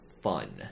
fun